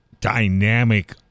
dynamic